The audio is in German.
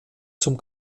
zum